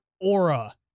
aura